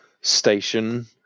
station